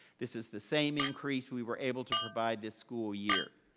this is the same increase we were able to provide this school year.